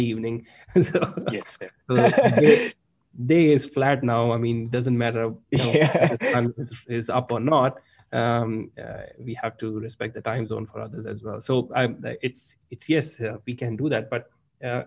evening day is flat now i mean doesn't matter is up or not we have to respect the time zone for others as well so it's it's yes we can do that but